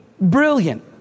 brilliant